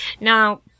Now